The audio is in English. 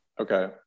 Okay